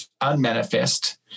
unmanifest